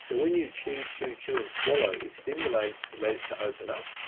so when you chew, chew, chew, and swallow, it stimulates les to open up.